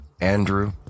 andrew